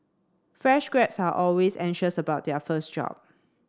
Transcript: fresh grads are always anxious about their first job